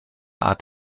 art